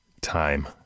time